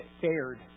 fared